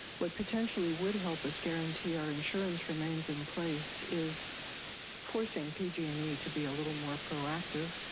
what potentially would help us guarantee our insurance remains in place is forcing pg and e to be a little more proactive,